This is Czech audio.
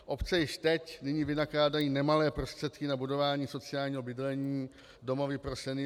Obce již teď vynakládají nemalé prostředky na budování sociálního bydlení, domovy pro seniory.